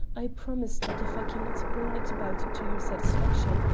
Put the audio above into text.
i promise that if i can not bring it about to your satisfaction,